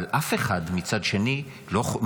אבל מצד שני, אף אחד לא מדבר,